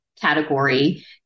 category